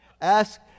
Ask